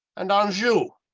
and anjou,